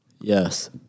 Yes